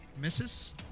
Misses